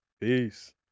Peace